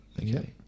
Okay